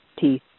teeth